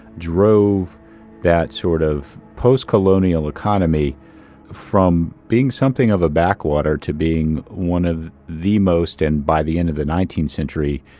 drove that sort of post-colonial economy from being something of a backwater to being one of the most, and, by the end of the nineteenth century,